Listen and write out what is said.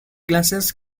glasses